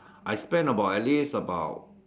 I spend about at least about